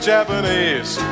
Japanese